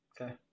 Okay